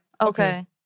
Okay